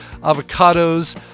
avocados